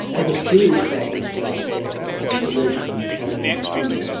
other serious problems for japan are relations with china and korea.